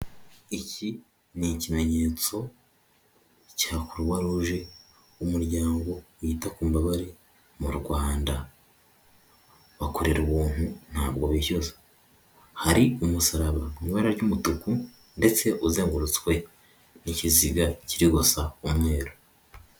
Iki ni ikimenyetso cya kuruwa ruje umuryango wita ku mbabare mu Rwanda, bakorera ubuntu ntabwo bishyuza hari umusaraba mu ibara ry'umutuku ndetse uzengurutswe n'ikiziga kiri gusa umweru.